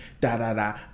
da-da-da